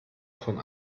von